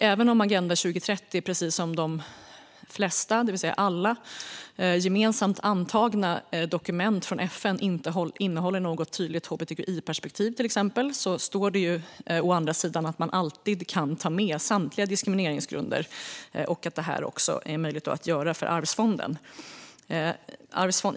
Även om Agenda 2030, precis som de flesta, det vill säga alla, gemensamt antagna dokument från FN inte innehåller något tydligt hbtqi-perspektiv, till exempel, står det att man alltid kan ta med samtliga diskrimineringsgrunder. Det är också möjligt att göra för arvsfonden.